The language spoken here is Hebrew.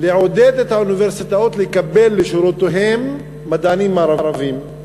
לעודד את האוניברסיטאות לקבל לשורותיהן מדענים ערבים.